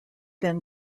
then